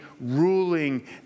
ruling